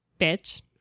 bitch